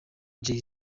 jay